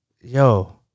yo